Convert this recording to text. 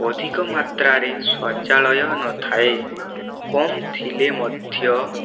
ଅଧିକ ମାତ୍ରାରେ ଶୌଚାଳୟ ନଥାଏ କମ ଥିଲେ ମଧ୍ୟ